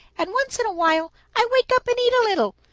and once in a while i wake up and eat a little.